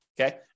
okay